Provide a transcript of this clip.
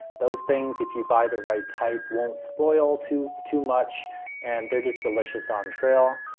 those things if you buy the right type won't spoil too too much and they're just delicious on trail.